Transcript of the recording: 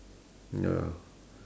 ya